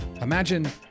Imagine